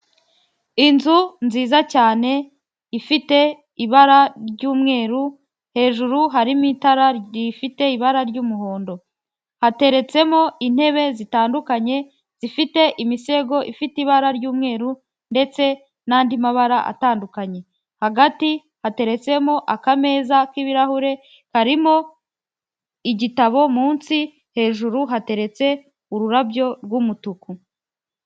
inzu nziza cyane ifite ibara ry'umweru hejuru harimo itara rifite ibara ry'umuhondo. Hateretsemo intebe zitandukanye zifite imisego ifite ibara ry'umweru ndetse n'andi mabara atandukanye. Hagati hateretsemo akameza k'ibirahure, haririmo igitabo munsi, hejuru hateretse ururabyo rw'umutuku.